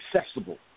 accessible